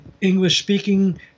English-speaking